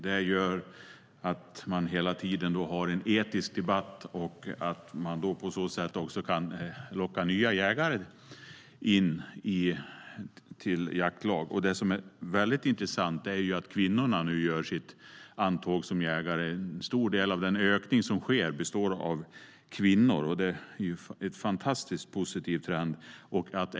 Det gör att man hela tiden har en etisk debatt och att man på så sätt också kan locka nya jägare till jaktlag. Det som är väldigt intressant är att kvinnorna nu gör sitt intåg som jägare. En stor del av den ökning som sker står kvinnorna för. Det är en fantastiskt positiv trend.